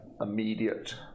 immediate